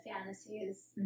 fantasies